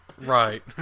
Right